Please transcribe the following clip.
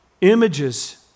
Images